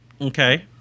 Okay